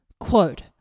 Quote